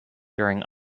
during